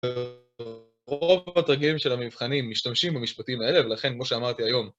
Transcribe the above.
רוב התרגילים של המבחנים משתמשים במשפטים האלה ולכן כמו שאמרתי היום